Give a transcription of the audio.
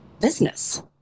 business